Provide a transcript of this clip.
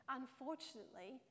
unfortunately